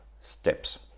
steps